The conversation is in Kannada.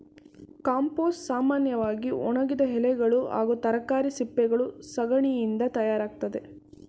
ಕಾಂಪೋಸ್ಟ್ ಸಾಮನ್ಯವಾಗಿ ಒಣಗಿದ ಎಲೆಗಳು ಹಾಗೂ ತರಕಾರಿ ಸಿಪ್ಪೆಗಳು ಸಗಣಿಯಿಂದ ತಯಾರಾಗ್ತದೆ